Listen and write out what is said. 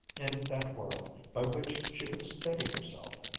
in that world, by which she could steady herself?